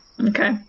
Okay